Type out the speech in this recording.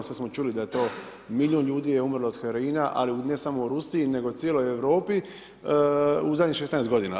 Sad smo čuli da je to milijun ljudi je umrlo od heroina, ali ne samo u Rusiji nego cijeloj Europi u zadnjih 16 godina.